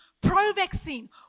pro-vaccine